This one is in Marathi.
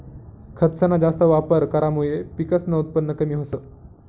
खतसना जास्त वापर करामुये पिकसनं उत्पन कमी व्हस